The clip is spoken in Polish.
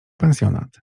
pensjonat